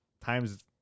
times